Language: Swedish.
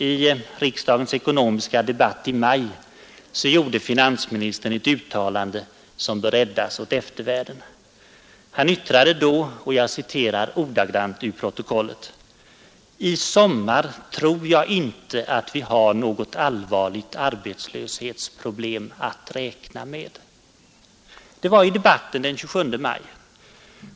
I riksdagens ekonomiska debatt i maj gjorde finansministern ett uttalande, som bör räddas åt eftervärlden. Han yttrade då, och jag citerar ordagrant ur protokollet: »I sommar tror jag inte att vi har något allvarligt arbetslöshetsproblem att räkna med.» Det var i debatten den 27 maj.